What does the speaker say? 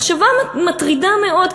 מחשבה מטרידה מאוד,